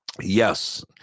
Yes